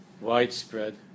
widespread